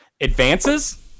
advances